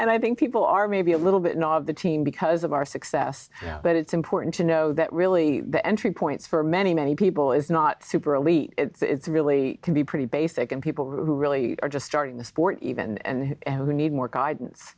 and i think people are maybe a little bit in awe of the team because of our success but it's important to know that really the entry points for many many people is not super elite it's really can be pretty basic and people who really are just starting the sport even and who need more guidance